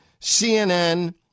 CNN